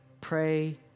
pray